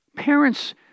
Parents